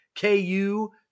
KU